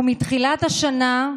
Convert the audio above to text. ומתחילת השנה,